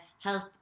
health